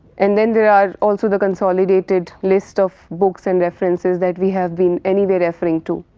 and then there are also the consolidated list of books and references that we have been anyway referring to.